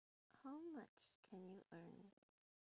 how much can you earn